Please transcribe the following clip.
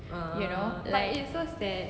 you know like